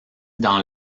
dans